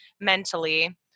mentally